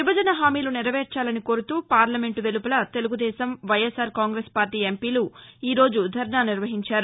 విభజన హామీలు నెరవేర్చాలని కోరుతూ పార్లమెంటు వెలుపల తెలుగుదేశం వైఎస్ఆర్ కాంగ్రెస్పార్టీ ఎంపీలు ఈరోజు ధర్నా నిర్వహించారు